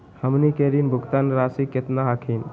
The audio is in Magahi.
हमनी के ऋण भुगतान रासी केतना हखिन?